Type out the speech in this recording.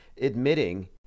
admitting